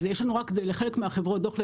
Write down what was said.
אז יש לנו רק לחלק מהחברות דוח ל-21'.